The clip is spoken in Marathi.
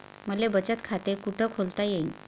मले बचत खाते कुठ खोलता येईन?